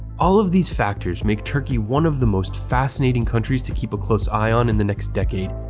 all of these factors make turkey one of the most fascinating countries to keep a close eye on in the next decade,